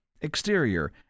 exterior